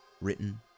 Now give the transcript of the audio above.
written